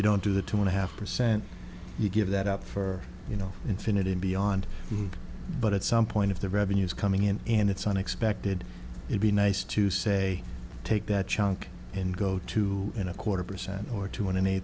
you don't do the two and a half percent you give that up for you know infinity and beyond but at some point if the revenues coming in and it's unexpected he'd be nice to say take that chunk and go two and a quarter percent or two and eight